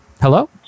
Hello